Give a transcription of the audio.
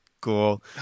Cool